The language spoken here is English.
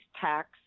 tax